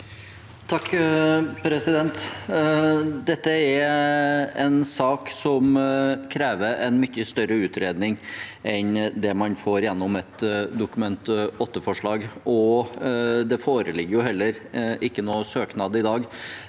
(SV) Dette er en sak som krever en mye større utredning enn det man får gjennom et Dokument 8-forslag. Det foreligger heller ikke noen søknad i dag